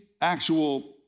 actual